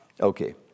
Okay